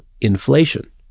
inflation